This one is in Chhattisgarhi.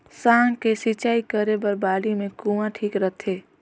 साग के सिंचाई करे बर बाड़ी मे कुआँ ठीक रहथे?